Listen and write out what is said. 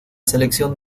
selección